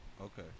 Okay